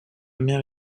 mère